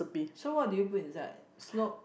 so what do you put inside snow